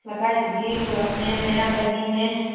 ꯂꯀꯥꯏꯁꯤꯒꯤ ꯀ꯭ꯂꯞꯅꯦ ꯃꯩꯔꯥ ꯄꯥꯏꯕꯤꯅꯦ